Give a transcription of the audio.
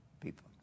people